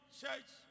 church